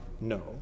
No